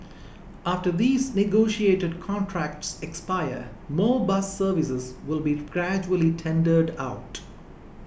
after these negotiated contracts expire more bus services will be gradually tendered out